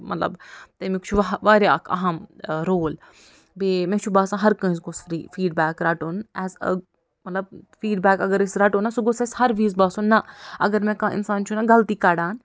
مطلب تمیُک وہا وارِیاہ اکھ اہم رول بیٚیہِ مےٚ چھُ باسان ہر کٲنٛسہِ گوٚو گوٚژھ فری فیٖڈبیک رٹُن ایز مطلب فیٗڈبیک اگر أسۍ رَٹونا سُہ گوٚژھ اَسہِ ہر وِزِ باسُن نَہ اگر مےٚ کانٛہہ اِنسان چھُنَہ غلطی کَڑان